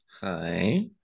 Hi